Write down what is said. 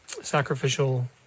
sacrificial